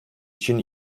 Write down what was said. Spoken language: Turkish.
için